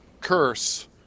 curse